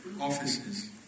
offices